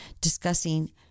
discussing